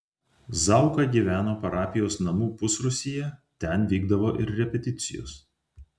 zauka gyveno parapijos namų pusrūsyje ten vykdavo ir repeticijos